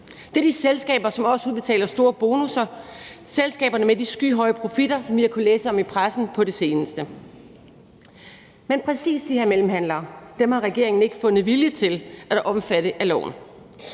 Det er de selskaber, som også udbetaler store bonusser, selskaberne med de skyhøje profitter, som vi har kunnet læse om i pressen på det seneste. Men præcis de her mellemhandlere har regeringen ikke fundet vilje til at lade omfatte af loven.